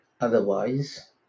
otherwise